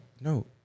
no